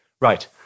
Right